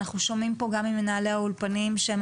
אנחנו שומעים פה גם ממנהלי האולפנים שהם